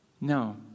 No